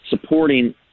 Supporting